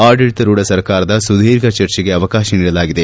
ಆಡಳಿತರೂಢ ಸರ್ಕಾರದ ಸುದೀರ್ಘ ಚರ್ಚೆಗೆ ಅವಕಾಶ ನೀಡಲಾಗಿದೆ